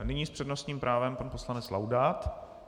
Nyní s přednostním právem pan poslanec Laudát.